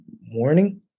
morning